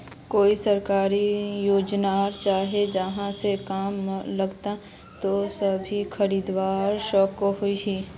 कोई सरकारी योजना होचे जहा से कम लागत तोत मशीन खरीदवार सकोहो ही?